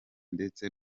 ndetse